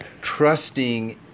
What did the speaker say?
trusting